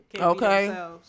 Okay